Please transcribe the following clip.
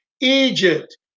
Egypt